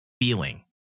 feeling